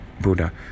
Buddha